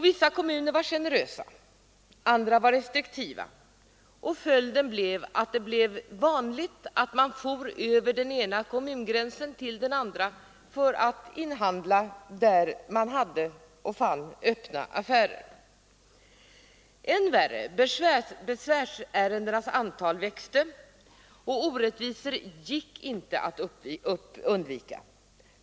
Vissa kommuner var generösa, andra restriktiva. Följden blev att det var vanligt att man for från den ena kommunen till den andra för att handla där det fanns öppna affärer. Än värre: besvärsärendenas antal växte och orättvisor gick inte att undvika.